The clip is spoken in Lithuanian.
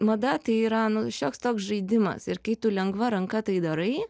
mada tai yra nu šioks toks žaidimas ir kai tu lengva ranka tai darai